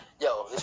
yo